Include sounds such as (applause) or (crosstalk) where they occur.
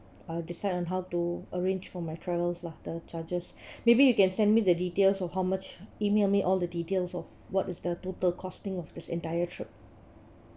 uh decide on how to arrange for my travels lah the charges (breath) maybe you can send me the details of how much email me all the details of what is the total costing of this entire trip